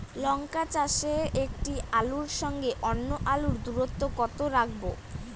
লঙ্কা চাষে একটি আলুর সঙ্গে অন্য আলুর দূরত্ব কত রাখবো?